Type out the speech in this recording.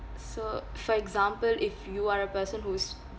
so for example if you are a person who's